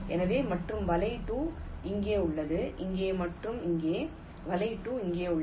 எனவே மற்றும் வலை 2 இங்கே உள்ளது இங்கே மற்றும் இங்கே வலை 2 இங்கே உள்ளது